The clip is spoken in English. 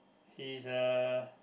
he's uh